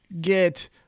get